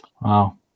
Wow